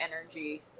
energy